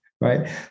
Right